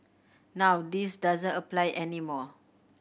now this doesn't apply any more